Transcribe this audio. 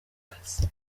kazi